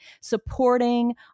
supporting